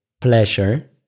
pleasure